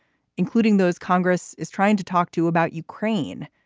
including those congress is trying to talk to about ukraine.